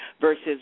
versus